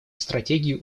стратегию